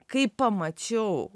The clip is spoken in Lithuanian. kai pamačiau